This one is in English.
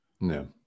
No